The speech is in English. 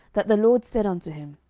that the lord said unto him,